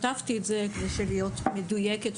כתבתי את זה כדי שאוכל להיות מדויקת.